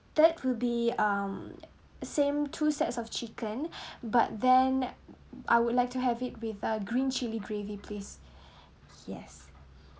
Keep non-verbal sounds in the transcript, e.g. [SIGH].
that will be um same two sets of chicken [BREATH] but then I would like to have it with a green chili gravy please [BREATH] yes